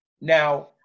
Now